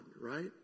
right